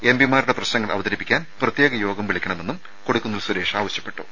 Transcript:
എംപിമാരുടെ പ്രശ്നങ്ങൾ അവതരിപ്പിക്കാൻ പ്രത്യേക യോഗം വിളിക്കണമെന്നും കൊടിക്കുന്നിൽ സുരേഷ് ആവശ്യപ്പെട്ടു